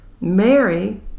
Mary